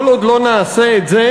כל עוד לא נעשה את זה,